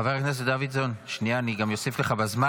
חבר הכנסת דוידסון, שנייה, אני גם אוסיף לך בזמן.